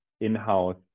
in-house